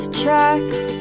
tracks